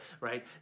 right